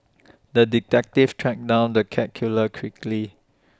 the detective tracked down the cat killer quickly